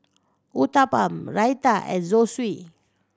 Uthapam Raita and Zosui